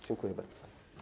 Dziękuję bardzo.